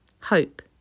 Hope